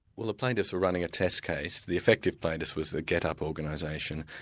well the plaintiffs were running a test case. the effective plaintiff was the getup organisation,